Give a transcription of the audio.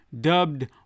dubbed